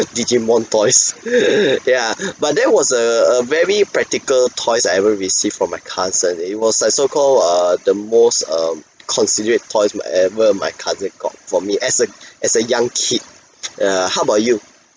digimon toys ya but there was a a very practical toys I ever receive from my cousin it was like so-called err the most um considerate toys whatever my cousin got for me as a as a young kid err how about you